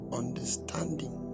understanding